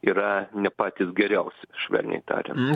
yra ne patys geriausi švelniai tariant